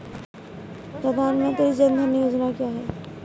प्रधानमंत्री जन धन योजना क्या है?